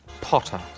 Potter